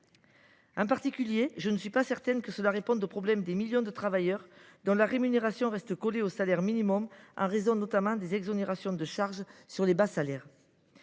Par exemple, je ne suis pas certaine que le texte réponde au problème des millions de travailleurs dont la rémunération reste collée au salaire minimum, en raison, notamment, des exonérations de charges sur les bas salaires.